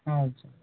ಹಾಂ ಹೌದು ಸರ್